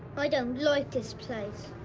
i don't like this place.